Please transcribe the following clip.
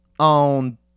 on